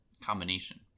combination